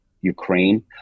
Ukraine